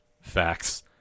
Facts